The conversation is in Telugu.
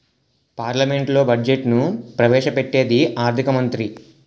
పార్లమెంట్లో బడ్జెట్ను ప్రవేశ పెట్టేది ఆర్థిక మంత్రి